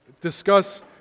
discuss